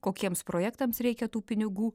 kokiems projektams reikia tų pinigų